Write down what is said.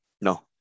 No